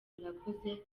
murakoze